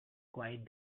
quiet